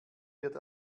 wird